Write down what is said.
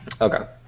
Okay